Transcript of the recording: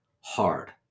hard